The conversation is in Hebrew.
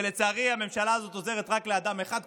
ולצערי הממשלה הזאת עוזרת רק לאדם אחד,